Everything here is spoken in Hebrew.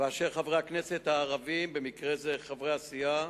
ואשר חברי הכנסת הערבים, במקרה זה חברי הסיעה,